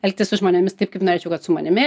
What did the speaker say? elgtis su žmonėmis taip kaip norėčiau kad su manimi